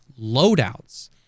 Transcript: loadouts